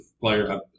player